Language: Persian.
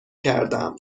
کردم